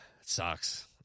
sucks